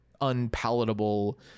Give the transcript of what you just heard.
unpalatable